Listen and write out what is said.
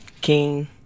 King